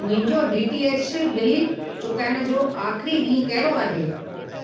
मुंहिंजो D T H bill चुकाइण जो आख़िरी ॾींहुं कहिड़ो आहे